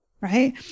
Right